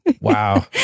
Wow